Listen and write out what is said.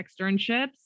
externships